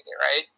right